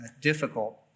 difficult